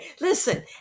Listen